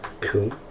Cool